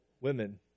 women